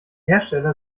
hersteller